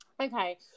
okay